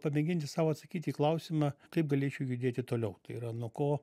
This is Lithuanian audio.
pamėginti sau atsakyti į klausimą kaip galėčiau judėti toliau tai yra nuo ko